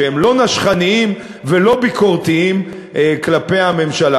שהם לא נשכניים ולא ביקורתיים כלפי הממשלה.